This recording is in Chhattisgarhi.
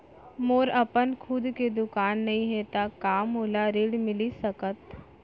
मोर अपन खुद के दुकान नई हे त का मोला ऋण मिलिस सकत?